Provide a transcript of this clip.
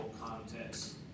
context